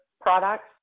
products